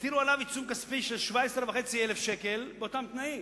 יטילו עליו עיצום כספי של 17,500 שקלים באותם תנאים,